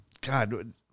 God